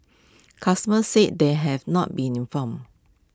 customers said they had not been informed